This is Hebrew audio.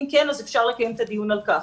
אם כן, אז אפשר לקיים את הדיון על כך,